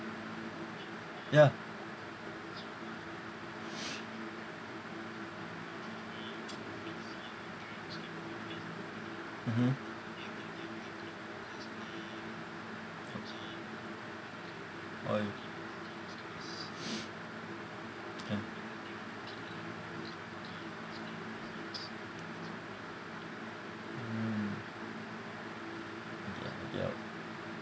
ya mmhmm oh okay mm ya